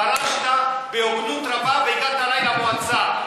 פרשת בהוגנות רבה והגעת אלי למועצה.